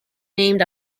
named